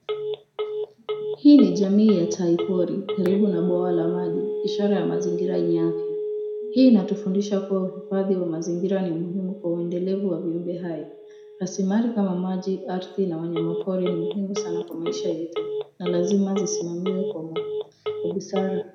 Hii ni jamii ya tai pori karibu na bwawa la maji ishara ya mazingira yenye afya. Hii inatufundisha kuwa uhifadhi wa mazingira ni muhimu kwa uendelevu wa viumbe hai. Raslimali kama maji ,ardhi na wanyama pori ni muhimu sana kwa maisha yetu na ni lazima zisimamiwe kwa busara.